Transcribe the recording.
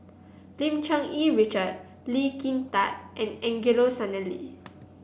Lim Cherng Yih Richard Lee Kin Tat and Angelo Sanelli